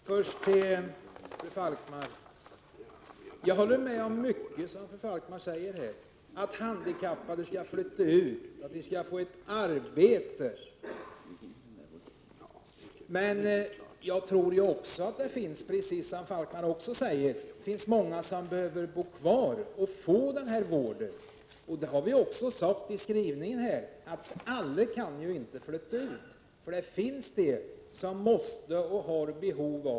Herr talman! Först till Karin Falkmer: Jag håller med om mycket som Karin Falkmer säger här, att handikappade skall flytta ut och få ett arbete. Men precis som Karin Falkmer tror jag att det också finns många som behöver bo kvar och få den här vården. Vi har också i skrivningen sagt att alla inte kan flytta ut, eftersom det finns vissa som har andra behov.